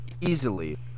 easily